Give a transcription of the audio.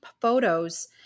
photos